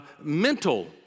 mental